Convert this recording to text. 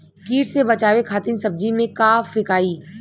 कीट से बचावे खातिन सब्जी में का फेकाई?